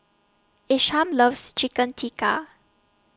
Isham loves Chicken Tikka